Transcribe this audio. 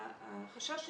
החשש שלנו,